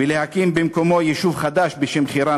ולהקים במקומו יישוב חדש בשם חירן,